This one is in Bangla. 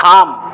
থাম